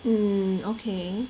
mm okay